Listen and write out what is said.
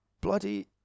bloody